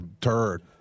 turd